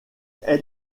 elle